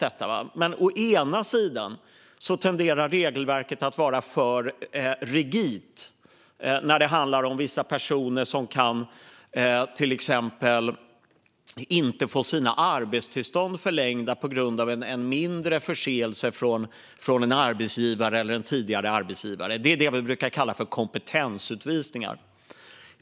Å ena sidan tenderar regelverket att vara alltför rigitt när det handlar om vissa personer som till exempel inte kan få sina arbetstillstånd förlängda på grund av en mindre förseelse från en arbetsgivare eller en tidigare arbetsgivare. Detta är vad vi brukar kalla för kompetensutvisningar.